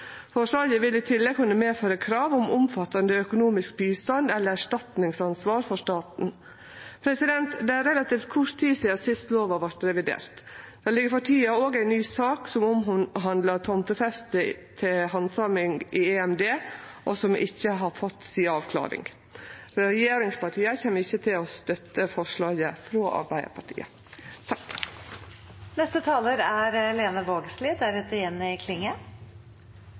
Forslaget vil i tillegg kunne medføre krav om omfattande økonomisk bistand eller erstatningsansvar for staten. Det er relativt kort tid sidan sist lova vart revidert. Det ligg for tida òg ei ny sak som omhandlar tomtefeste til handsaming i EMD, Den europeiske menneskerettsdomstolen og som ikkje har fått si avklaring. Regjeringspartia kjem ikkje til å støtte forslaga frå Arbeidarpartiet.